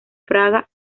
praga